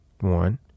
one